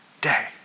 day